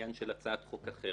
בעניין של הצעת חוק אחרת,